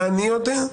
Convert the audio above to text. אני יודע.